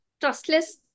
trustless